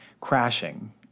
crashing